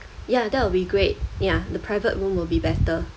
ya that will be great ya the private room will be better